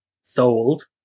sold